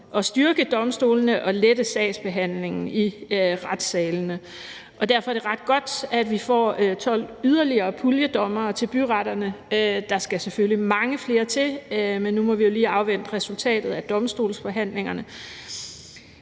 at styrke domstolene og lette sagsbehandlingen i retssalene. Derfor er det ret godt, at vi får yderligere 12 puljedommere til byretterne. Der skal selvfølgelig mange flere til, men nu må vi lige afvente resultatet af domstolsforhandlingerne.